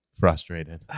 frustrated